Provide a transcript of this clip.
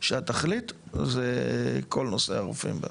שהתכלית זה כל נושא הרופאים.